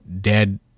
dead